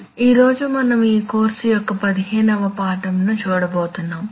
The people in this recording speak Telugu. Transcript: శుభోదయం ఈ రోజు మనం ఈ కోర్సు యొక్క పదిహేనవ పాఠం ను చూడబోతున్నాము